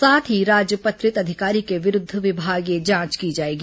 साथ ही राजपत्रित अधिकारी के विरूद्व विभागीय जांच की जाएगी